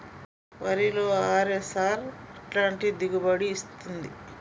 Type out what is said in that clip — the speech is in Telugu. వరిలో అర్.ఎన్.ఆర్ ఎలాంటి దిగుబడి ఇస్తుంది?